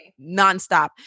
nonstop